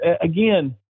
again